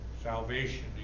Salvation